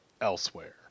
elsewhere